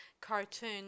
cartoon